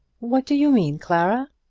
what do you mean, clara?